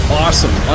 awesome